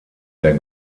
der